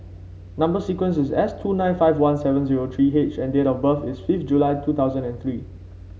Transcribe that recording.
number sequence is S two nine five one seven zero three H and date of birth is fifth July two thousand and three